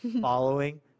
following